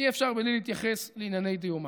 אי-אפשר בלי להתייחס לענייני דיומא.